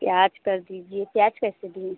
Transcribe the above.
प्याज कर दीजिए प्याज कैसे दिए